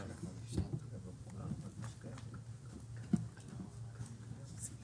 אנחנו מתייחסים לתיקון של סעיף 20 וסעיף